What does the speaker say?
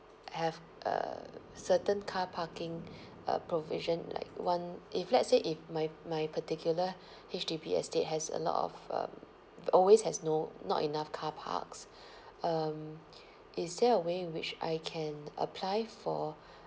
have a certain car parking uh provision like one if let's say if my my particular H_D_B estate has a lot of um always has no not enough car parks um is there a way which I can apply for